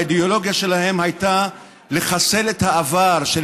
האידיאולוגיה שלהם הייתה לחסל את העבר של